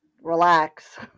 Relax